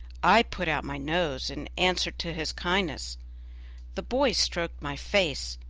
i put out my nose in answer to his kindness the boy stroked my face.